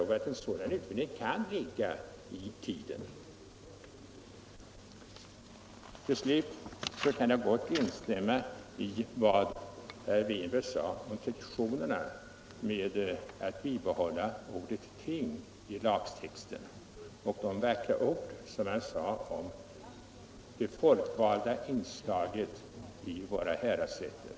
En sådan utveckling kan ligga i tiden. Till slut kan jag gott instämma i vad herr Winberg sade om traditionen och att bibehålla ordet ting i lagtexten. Jag instämmer också i de vackra orden om det folkvalda inslaget i våra häradsrätter.